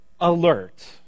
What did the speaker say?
alert